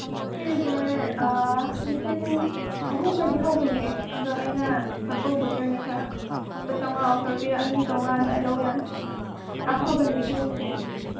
ꯁꯤꯒꯤꯁꯦ ꯂꯤꯁꯤꯡ ꯑꯍꯨꯝꯗꯒꯤ ꯍꯧꯕꯅꯦ ꯑꯗꯨ ꯑꯩꯅ ꯆꯥꯛꯀꯧꯕꯒꯤ ꯑꯣꯏꯅ ꯈꯔ ꯂꯨꯄꯥ ꯆꯝꯉꯥ ꯑꯣꯐꯔ ꯄꯤꯔꯛꯂꯅꯤ ꯆꯝꯉꯥ ꯑꯗ꯭ꯋꯥꯏ ꯂꯧ ꯌꯥꯅꯤ ꯑꯐꯕꯅꯤ ꯈꯣꯡꯎꯞꯁꯦ